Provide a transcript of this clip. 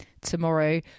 tomorrow